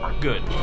Good